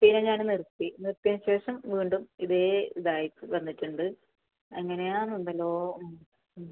പിന്നെ ഞാൻ നിർത്തി നിർത്തിയ ശേഷം വീണ്ടും ഇതേ ഇതായി വന്നിട്ടൂണ്ട് അങ്ങനെയാണ് എന്തല്ലോ